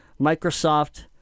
Microsoft